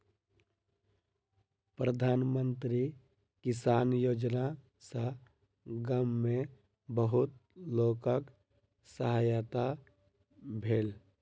प्रधान मंत्री किसान योजना सॅ गाम में बहुत लोकक सहायता भेल